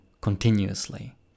continuously